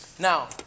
Now